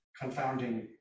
confounding